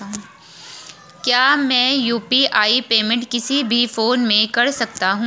क्या मैं UPI payment किसी भी फोन से कर सकता हूँ?